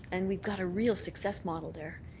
and we've got a real success model there.